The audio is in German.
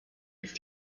ist